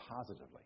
positively